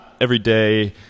everyday